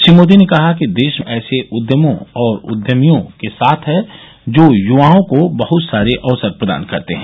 श्री मोदी ने कहा कि देश ऐसे उद्यमों और उद्यमियों के साथ है जो युवाओं को बहत सारे अवसर प्रदान कर सकते हैं